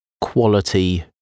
quality